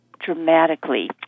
dramatically